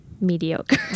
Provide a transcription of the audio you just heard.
mediocre